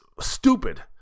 stupid